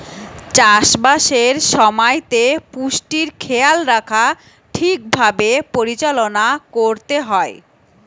চাষ বাসের সময়তে পুষ্টির খেয়াল রাখা ঠিক ভাবে পরিচালনা করতে হয়